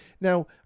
Now